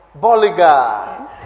Boliga